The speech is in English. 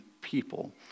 people